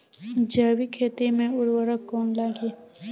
जैविक खेती मे उर्वरक कौन लागी?